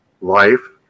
life